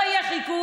ולא יהיה חיקוי.